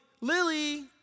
Lily